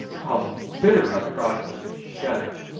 how bitter! i cried with a shudder.